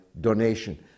donation